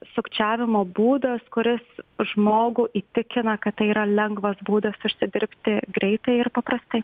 sukčiavimo būdas kuris žmogų įtikina kad tai yra lengvas būdas užsidirbti greitai ir paprastai